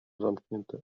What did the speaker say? zamknięte